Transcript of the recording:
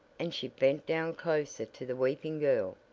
and she bent down closer to the weeping girl.